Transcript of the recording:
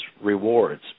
rewards